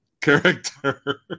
character